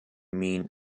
mean